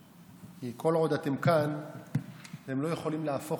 כי כל עוד אתם כאן אתם לא יכולים להפוך